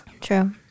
True